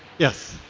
yes?